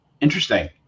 Interesting